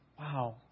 wow